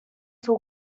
sus